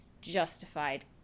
justified